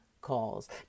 calls